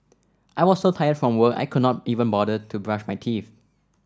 I was so tired from work I could not even bother to brush my teeth